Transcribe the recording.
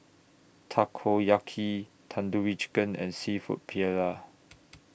Takoyaki Tandoori Chicken and Seafood Paella